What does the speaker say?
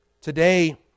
today